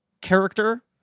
character